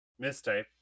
mistype